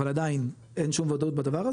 אבל עדיין אין שום וודאות בדבר הזה